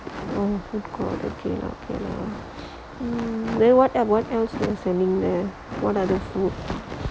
oh food court okay then what else what other food